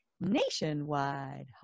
nationwide